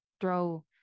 throw